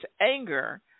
anger